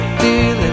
dealing